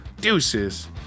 deuces